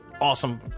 awesome